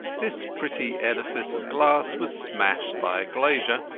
this pretty edifice of glass was smashed by a glazier,